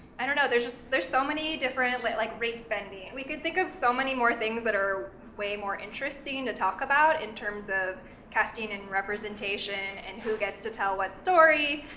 i don't know. there's there's so many different, like like race bending. we could think of so many more things that are way more interesting to talk about, in terms of casting, and representation, and who gets to tell what story,